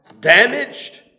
Damaged